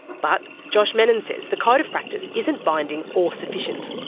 but josh mennen says the code of practice isn't binding or sufficient.